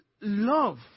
Love